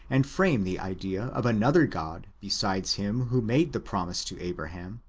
and frame the idea of another god besides him who made the promise to abraham,